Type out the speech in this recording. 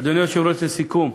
אדוני היושב-ראש, לסיכום,